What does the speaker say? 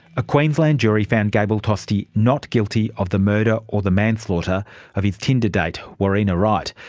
a queensland jury found gable tostee not guilty of the murder or the manslaughter of his tinder date warriena wright,